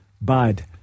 bad